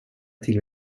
till